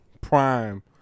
prime